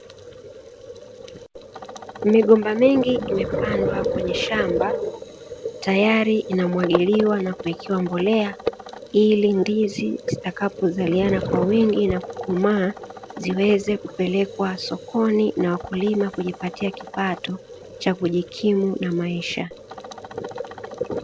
Migomba mengi imepandwa kwenye shamba tayari inamwagiliwa na kuwekewa mbolea, ili ndizi zitakapozaliana kwa wingi na kukomaa ziweze kupelekwa sokoni na wakulima kujipatia kipato cha kujikimu na maisha.